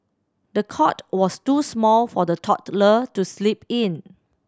the cot was too small for the toddler to sleep in